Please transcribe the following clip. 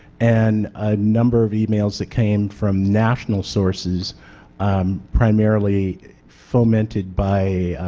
and a number of emails that came from national sources um primarily fomented by